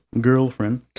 girlfriend